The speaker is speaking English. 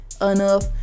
Enough